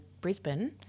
Brisbane